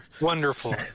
Wonderful